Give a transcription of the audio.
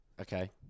okay